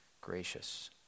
gracious